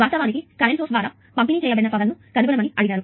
వాస్తవానికి current source ద్వారా పంపిణీ చేయబడిన పవర్ కనుగొనమని అడిగారు